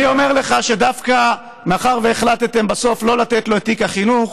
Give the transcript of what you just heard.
אני אומר לך שדווקא מאחר שהחלטתם בסוף לא לתת לו את תיק הביטחון,